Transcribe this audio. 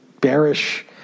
bearish